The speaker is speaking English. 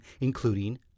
including